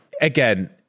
again